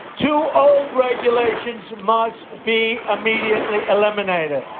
two old regulations must be immediately eliminated